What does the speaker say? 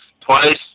twice